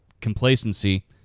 complacency